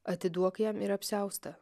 atiduok jam ir apsiaustą